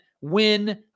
win